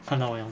看到我没有